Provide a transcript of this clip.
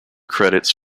credits